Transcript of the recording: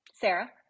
Sarah